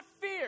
fear